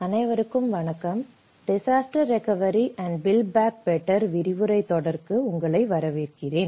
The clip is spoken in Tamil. அனைவருக்கும் வணக்கம் disaster recovery and build back better விரிவுரைத் தொடருக்கு உங்களை வரவேர்கிரேன்